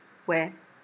where